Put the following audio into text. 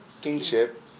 kingship